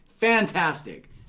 fantastic